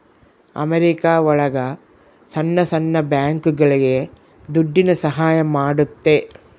America ಒಳಗ ಸಣ್ಣ ಸಣ್ಣ ಬ್ಯಾಂಕ್ಗಳುಗೆ ದುಡ್ಡಿನ ಸಹಾಯ ಮಾಡುತ್ತೆ